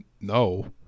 No